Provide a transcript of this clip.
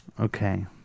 Okay